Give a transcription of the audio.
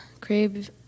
crave